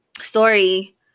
story